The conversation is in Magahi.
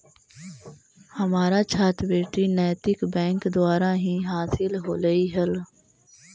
हमारा छात्रवृति नैतिक बैंक द्वारा ही हासिल होलई हल